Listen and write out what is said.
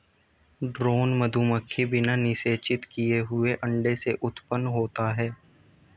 drone मधुमक्खी बिना निषेचित किए हुए अंडे से उत्पन्न होता है